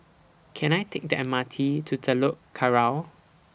Can I Take The M R T to Telok Kurau